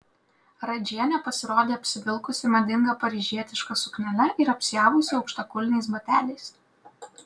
radžienė pasirodė apsivilkusi madinga paryžietiška suknele ir apsiavusi aukštakulniais bateliais